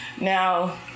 Now